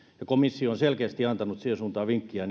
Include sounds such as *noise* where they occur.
ja komissio on selkeästi antanut siihen suuntaan vinkkiä *unintelligible*